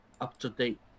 up-to-date